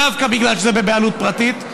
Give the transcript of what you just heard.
דווקא בגלל שזה בבעלות פרטית,